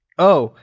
oh,